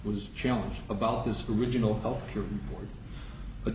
was challenged about this original health